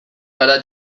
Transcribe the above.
gara